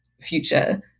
future